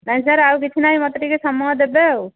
ନାହିଁ ସାର୍ ଆଉ କିଛି ନାହିଁ ମୋତେ ଟିକେ ସମୟ ଦେବେ ଆଉ